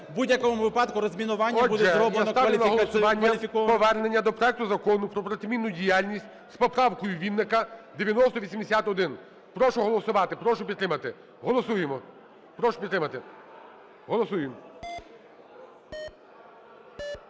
В будь-якому випадку розмінування буде зроблено кваліфіковано… ГОЛОВУЮЧИЙ. Отже, я ставлю на голосування повернення до проекту Закону про протимінну діяльність з поправкою Вінника (9080-1). Прошу голосувати, прошу підтримати, голосуємо. Прошу підтримати, голосуємо.